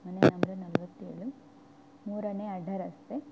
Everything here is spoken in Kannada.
ಮನೆ ನಂಬ್ರ ನಲ್ವತ್ತೇಳು ಮೂರನೇ ಅಡ್ಡರಸ್ತೆ